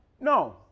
No